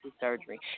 surgery